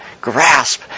grasp